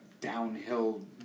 downhill